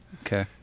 Okay